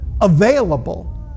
available